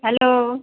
hello